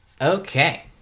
Okay